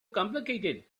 complicated